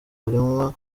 harimwo